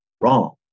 wrong